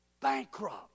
bankrupt